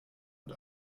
und